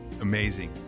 amazing